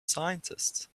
scientists